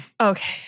Okay